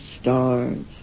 stars